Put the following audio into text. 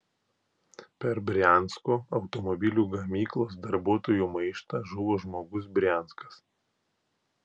per briansko automobilių gamyklos darbuotojų maištą žuvo žmogus brianskas